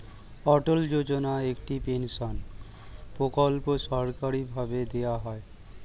অটল যোজনা একটি পেনশন প্রকল্প সরকারি ভাবে দেওয়া হয়